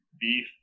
beef